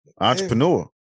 Entrepreneur